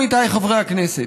עמיתיי חברי הכנסת,